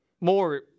more